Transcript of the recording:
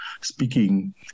speaking